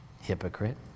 Hypocrite